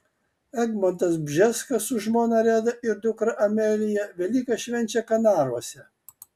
egmontas bžeskas su žmona reda ir dukra amelija velykas švenčia kanaruose